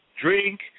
drink